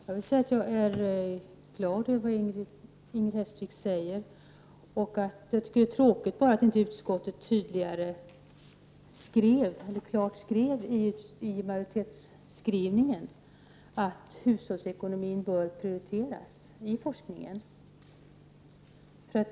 Fru talman! Jag vill säga att jag är glad över det Inger Hestvik sade. Jag tycker bara det är tråkigt att utskottet inte klart markerat i majoritetsskrivningen att hushållsekonomin bör prioriteras i forskningen.